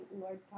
Lord